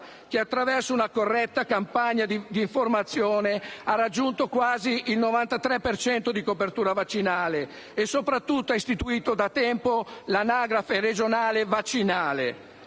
che, attraverso una corretta campagna di informazione, ha raggiunto quasi il 93 per cento di copertura vaccinale e, soprattutto, ha istituito da tempo l'Anagrafe regionale vaccinale.